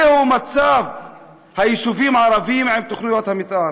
זה מצב היישובים הערביים עם תוכניות המתאר.